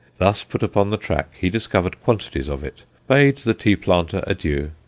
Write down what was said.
thus put upon the track, he discovered quantities of it, bade the tea-planter adieu,